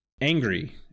angry